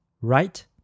right